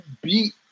beat